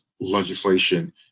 legislation